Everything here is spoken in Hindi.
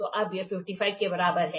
तो अब यह 55 के बराबर है